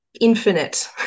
infinite